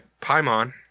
Paimon